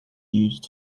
used